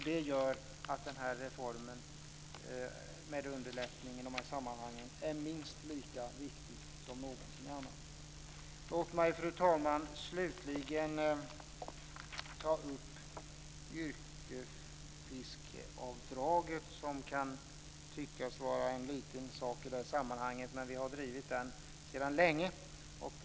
Det gör att den här reformen med en underlättning i dessa sammanhang är minst lika viktig som något annat. Fru talman! Låt mig slutligen ta upp yrkesfiskeavdraget. Det kan tyckas vara en liten sak i det här sammanhanget, men vi har drivit det sedan länge.